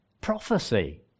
prophecy